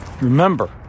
Remember